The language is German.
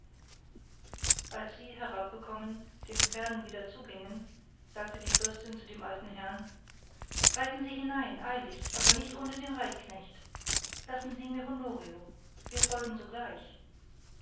als sie herabgekommen den pferden wieder zugingen sagte die fürstin zu dem alten herrn reiten sie hinein eilig aber nicht ohne den reitknecht lassen sie mir honorio wir folgen sogleich